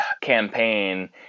campaign